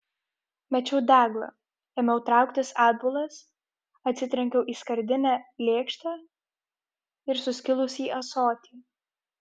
mečiau deglą ėmiau trauktis atbulas atsitrenkiau į skardinę lėkštę ir suskilusį ąsotį